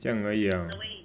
这样而已 ah